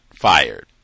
fired